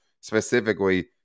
specifically